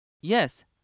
Yes